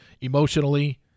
emotionally